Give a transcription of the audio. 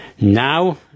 Now